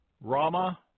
Rama